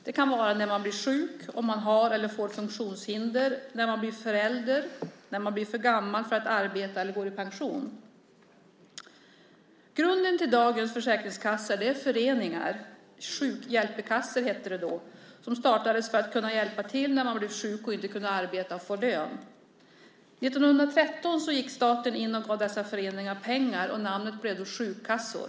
Det kan vara när man blir sjuk och man har eller får funktionshinder, när man blir förälder, när man blir för gammal för att arbeta eller går i pension. Grunden till dagens försäkringskassa är föreningar - sjukhjälpekassor hette det då - som startades för att kunna hjälpa till när man blev sjuk och inte kunde arbeta och få lön. År 1913 gick staten in och gav dessa föreningar pengar. Namnet blev då sjukkassor.